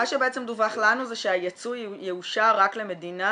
מה שבעצם דווח לנו זה שהייצוא יאושר רק למדינה